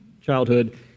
childhood